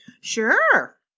Sure